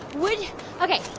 would ok,